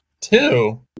two